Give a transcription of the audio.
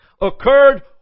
occurred